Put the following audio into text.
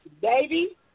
Baby